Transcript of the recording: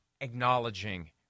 acknowledging